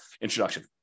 introduction